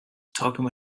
talking